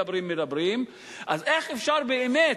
מדברים, מדברים, אז איך אפשר, באמת,